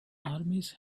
armies